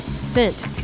sent